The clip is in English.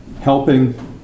helping